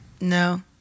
no